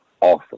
awesome